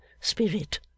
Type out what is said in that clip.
spirit